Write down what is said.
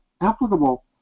applicable